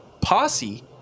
posse